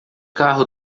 carro